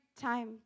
time